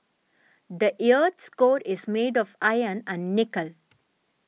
the earth's core is made of iron and nickel